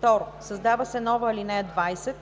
2. Създава се нова ал. 20: